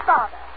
Father